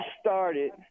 started